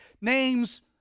names